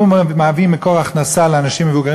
זה היה מהווה מקור הכנסה לאנשים מבוגרים